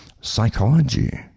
psychology